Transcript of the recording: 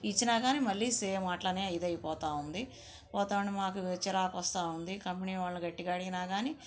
ఇచ్చినా కానీ మళ్ళీ సేమ్ అలానే ఇది అయిపోతూ ఉంది పోతూ ఉంటే మాకు చిరాకు వస్తూ ఉంది కంపెనీ వాళ్ళని గట్టిగా అడిగినా గాని